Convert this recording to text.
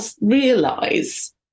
realize